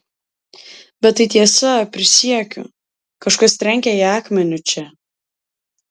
bet tai tiesa prisiekiu kažkas trenkė jai akmeniu čia